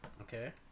Okay